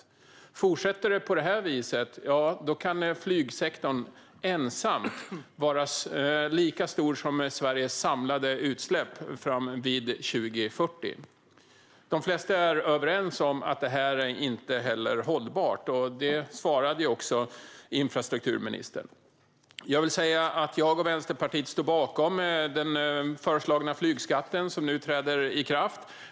Om det fortsätter så här kan flygsektorn år 2040 ensam utgöra lika stor andel som Sveriges samlade utsläpp. De flesta är överens om att detta inte är hållbart, vilket även infrastrukturministern sa i sitt svar. Jag och Vänsterpartiet står bakom den föreslagna flygskatten, som nu träder i kraft.